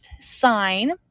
sign